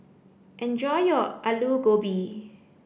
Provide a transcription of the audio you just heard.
enjoy your Alu Gobi